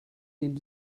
den